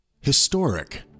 Historic